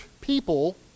people